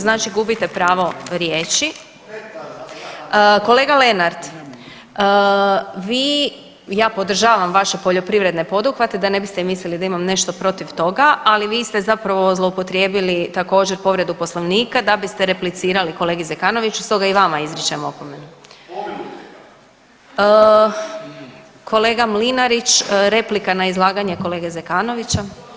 Znači gubite pravo riječi. ... [[Upadica se ne čuje.]] Kolega Lenart, vi, ja podržavam vaše poljoprivredne poduhvate, da ne biste mislili da imam nešto protiv toga, ali vi ste zapravo zloupotrijebili također, povredu Poslovnika da biste replicirali kolegi Zekanoviću, stoga i vama izričem opomenu. ... [[Upadica se ne čuje.]] Kolega Mlinarić, replika na izlaganje kolegi Zekanovića.